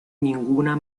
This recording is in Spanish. ninguna